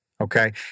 Okay